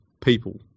people